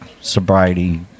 sobriety